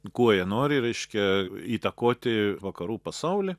kuo jie nori reiškia įtakoti vakarų pasaulį